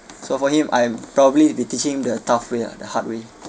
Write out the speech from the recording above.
so for him I'm probably will teach him the tough way ah the hard way